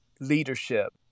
leadership